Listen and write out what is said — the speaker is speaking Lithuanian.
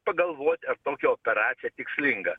pagalvot tokia operacija tikslinga